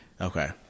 okay